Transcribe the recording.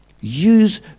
Use